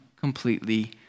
completely